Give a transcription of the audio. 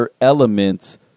elements